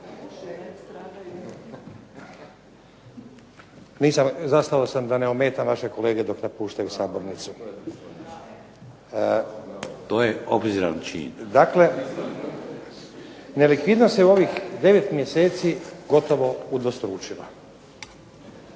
Zastao sam da ne ometam vaše kolege dok napuštaju sabornicu. Dakle, nelikvidnost je u ovih devet mjeseci gotovo udvostručena.